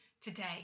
today